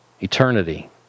eternity